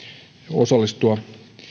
osallistua